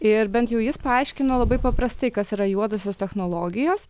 ir bent jau jis paaiškino labai paprastai kas yra juodosios technologijos